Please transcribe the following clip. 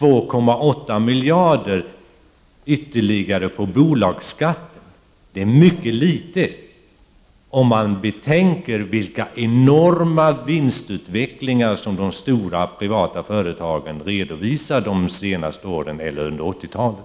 Det handlar om ett tillägg på 2,8 miljarder på bolagsskatten, vilket är mycket litet om man betänker den enorma vinstutveckling som de stora privata företagen har redovisat de senaste åren och under hela 80-talet.